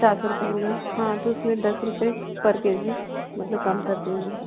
चार सौ रुपये किलो हाँ तो उसमें दस रुपये पर के जी मतलब कम कर दिए